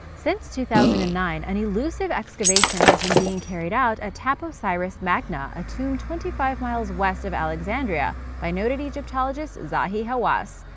since two thousand and nine, an elusive excavation has been being carried out at taposiris magna, a tomb twenty five miles west of alexandria by noted egyptologist zahi hawass,